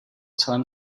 celém